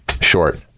short